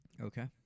Okay